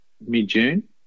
mid-june